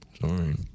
Sorry